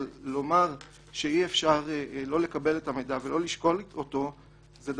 אבל לומר שאי אפשר לא לקבל את המידע ולא לשקול אותו זה,